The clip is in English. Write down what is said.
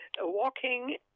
walking